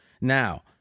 Now